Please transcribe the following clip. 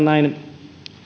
näin